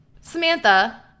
Samantha